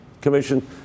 Commission